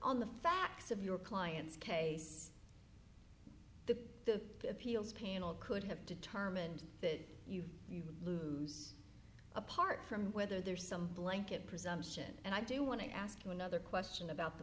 on the facts of your client's case the appeals panel could have determined that you lose apart from whether there's some blanket presumption and i do want to ask you another question about the